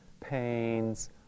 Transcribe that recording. pains